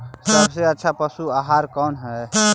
सबसे अच्छा पशु आहार कौन है?